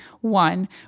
one